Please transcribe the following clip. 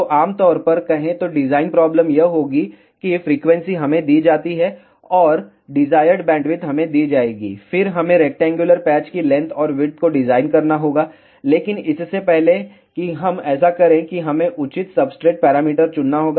तो आम तौर पर कहे तो डिजाइन प्रॉब्लम यह होगी कि फ्रीक्वेंसी हमें दी जाती है और डिजायर्ड बैंडविड्थ हमें दी जाएगी और फिर हमें रेक्टेंगुलर पैच की लेंथ और विड्थ को डिजाइन करना होगा लेकिन इससे पहले कि हम ऐसा करें कि हमें उचित सब्सट्रेट पैरामीटर चुनना होगा